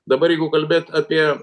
dabar jeigu kalbėt apie